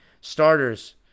Starters